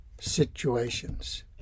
situations